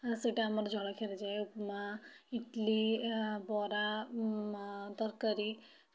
ସେଇଟା ଆମର ଜଳଖିଆରେ ଯାଏ ଉପମା ଇଟିଲି ବରା ତରକାରୀ